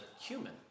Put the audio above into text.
human